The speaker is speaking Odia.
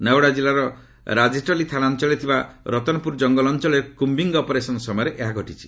ନୱାଡ଼ା ଜିଲ୍ଲାର ରାଜେଟଲୀ ଥାନା ଅଞ୍ଚଳରେ ଥିବା ରତନପୁର ଜଙ୍ଗଲ ଅଞ୍ଚଳରେ କୁଣ୍ଟିଂ ଅପରେସନ୍ ସମୟରେ ଏହା ଘଟିଛି